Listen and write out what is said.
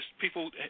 people